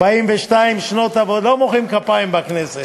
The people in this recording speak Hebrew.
42 שנות לא מוחאים כפיים בכנסת.